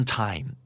time